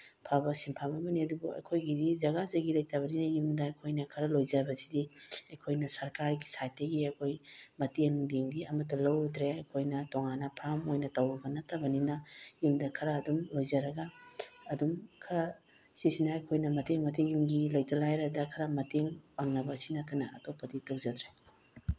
ꯐꯕ ꯁꯤꯟꯐꯝ ꯑꯃꯅꯤ ꯑꯗꯨꯕꯨ ꯑꯩꯈꯣꯏꯒꯤꯗꯤ ꯖꯒꯥ ꯖꯤꯒꯤ ꯂꯩꯇꯕꯅꯤꯅ ꯌꯨꯝꯗ ꯑꯩꯈꯣꯏꯅ ꯈꯔ ꯂꯣꯏꯖꯕꯁꯤꯗꯤ ꯑꯩꯈꯣꯏꯅ ꯁꯔꯀꯥꯔꯒꯤ ꯁꯥꯏꯠꯇꯒꯤ ꯑꯩꯈꯣꯏ ꯃꯇꯦꯡ ꯅꯨꯡꯗꯦꯡꯗꯤ ꯑꯃꯠꯇ ꯂꯧꯔꯨꯗ꯭ꯔꯦ ꯑꯩꯈꯣꯏꯅ ꯇꯣꯡꯉꯥꯟꯅ ꯐꯥꯝ ꯑꯣꯏꯅ ꯇꯧꯔꯨꯕ ꯅꯠꯇꯕꯅꯤꯅ ꯌꯨꯝꯗ ꯈꯔ ꯑꯗꯨꯝ ꯂꯣꯏꯖꯔꯒ ꯑꯗꯨꯝ ꯈꯔ ꯁꯤꯁꯤꯅ ꯑꯩꯈꯣꯏꯅ ꯃꯇꯦꯡ ꯃꯇꯦꯡ ꯌꯨꯝꯒꯤ ꯂꯩꯇ ꯂꯥꯏꯔꯗ ꯈꯔ ꯃꯇꯦꯡ ꯄꯥꯡꯅꯕꯁꯤ ꯅꯠꯇꯅ ꯑꯇꯣꯞꯄꯗꯤ ꯇꯧꯖꯗ꯭ꯔꯦ